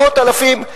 מאות אלפים.